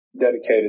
dedicated